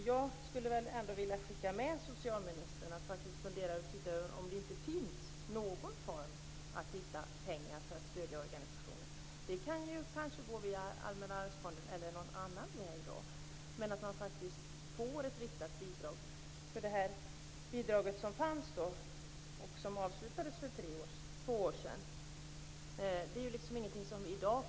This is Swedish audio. Jag skulle vilja att socialministern funderade över om det inte går att hitta någon möjlighet att stödja organisationen. Det kan kanske gå via Allmänna arvsfonden eller någon annan väg, men det är viktigt att man faktiskt får ett riktat bidrag. Det bidrag som fanns och som avslutades för två år sedan kan vi inte hänvisa till i dag.